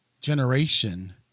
generation